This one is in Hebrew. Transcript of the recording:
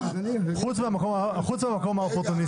חוץ מהמקום הפופוליסטי?